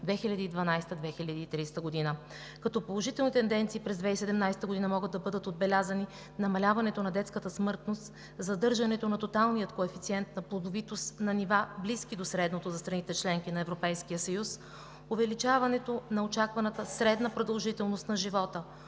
2012 – 2030 г. Като положителни тенденции през 2017 г. могат да бъдат отбелязани: намаляването на детската смъртност, задържането на тоталния коефициент на плодовитост на нива, близки до средното за страните – членки на Европейския съюз; увеличаването на очакваната средна продължителност на живота